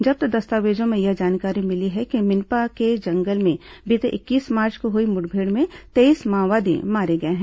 जब्त दस्तावेजों से यह जानकारी मिली है कि मिनपा के जंगल में बीते इक्कीस मार्च को हुई मुठभेड़ में तेईस माओवादी मारे गए हैं